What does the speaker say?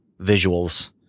visuals